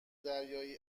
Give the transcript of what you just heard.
دریایی